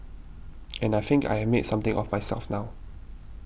and I think I have made something of myself now